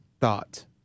thought